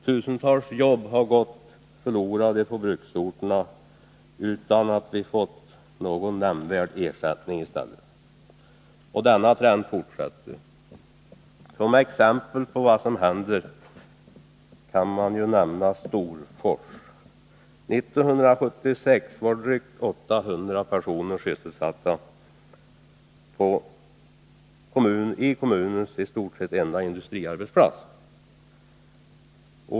Tusentals jobb har gått förlorade på bruksorterna utan att vi fått någon nämnvärd ersättning, och denna trend fortsätter. Som exempel på vad som händer kan man nämna Storfors. 1976 var drygt 800 personer sysselsatta i kommunens i stort sett enda industriarbetsplats.